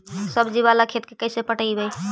सब्जी बाला खेत के कैसे पटइबै?